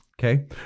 Okay